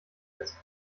als